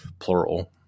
Plural